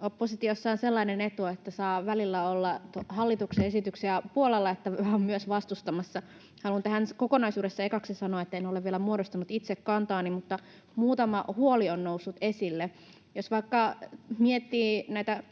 Oppositiossa on sellainen etu, että saa välillä olla hallituksen esityksien puolella ja välillä myös vastustamassa. Haluan tähän kokonaisuuteen ekaksi sanoa, että en ole vielä muodostanut itse kantaani, mutta muutama huoli on noussut esille. Jos vaikka miettii näitä